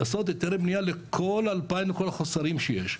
לעשות היתרי בניה לכל ה-2000, לכל החוסרים שיש.